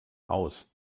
aus